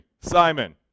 Simon